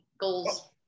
goals